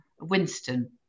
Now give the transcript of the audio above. Winston